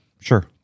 Sure